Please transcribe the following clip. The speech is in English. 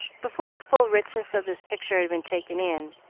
before the full richness of this picture had been taken in,